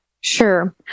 Sure